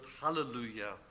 hallelujah